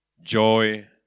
joy